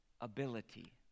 ability